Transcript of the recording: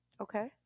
Okay